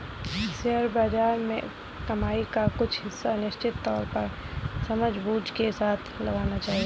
share बाज़ार में कमाई का कुछ हिस्सा निश्चित तौर पर समझबूझ के साथ लगाना चहिये